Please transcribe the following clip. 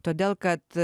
todėl kad